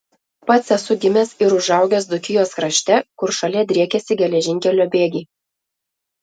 pats esu gimęs ir užaugęs dzūkijos krašte kur šalia driekėsi geležinkelio bėgiai